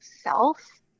self